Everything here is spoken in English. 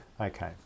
Okay